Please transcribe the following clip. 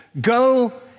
go